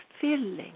filling